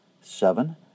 Seven